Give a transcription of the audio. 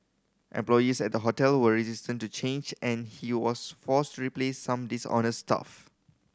employees at the hotel were resistant to change and he was forced to replace some dishonest staff